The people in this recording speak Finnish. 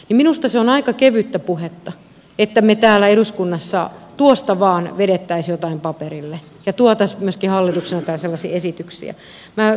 minusta se on aika kevyttä puhetta että me täällä eduskunnassa tuosta vain vetäisimme jotain paperille ja toisimme myöskin hallituksena täällä sellaisia esityksiä